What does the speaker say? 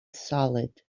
solid